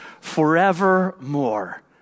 forevermore